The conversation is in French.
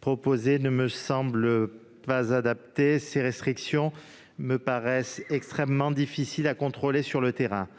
proposé ne me semble pas adapté, ces restrictions me paraissant extrêmement difficiles à contrôler sur le terrain.